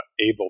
able